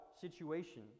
situation